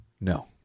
No